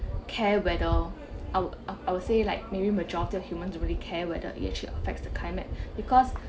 care whether I would I would say like maybe majority of humans really care whether it actually affects the climate because